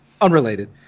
unrelated